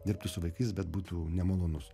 dirbtų su vaikais bet būtų nemalonus